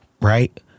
right